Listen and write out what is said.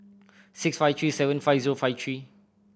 six five three seven five zero five three